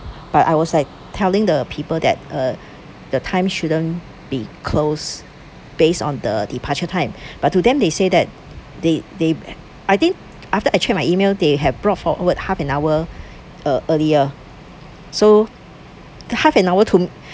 but I was like telling the people that uh the time shouldn't be close based on the departure time but to them they said that they they I think after I checked my email they have brought forward half an hour uh earlier so the half an hour